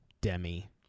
Demi